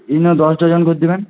ইনো দশ ডজন করে দেবেন